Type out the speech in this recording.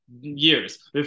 years